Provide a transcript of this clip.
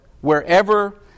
wherever